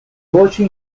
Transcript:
voci